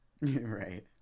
Right